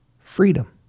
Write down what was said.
freedom